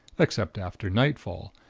except after nightfall,